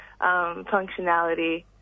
functionality